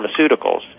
pharmaceuticals